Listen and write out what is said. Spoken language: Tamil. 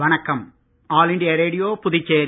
வணக்கம் ஆல் இண்டியா ரேடியோபுதுச்சேரி